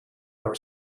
our